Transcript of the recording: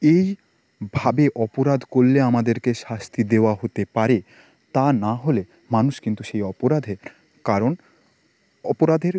এইভাবে অপরাধ করলে আমাদেরকে শাস্তি দেওয়া হতে পারে তা নাহলে মানুষ কিন্তু সেই অপরাধের কারণ অপরাধের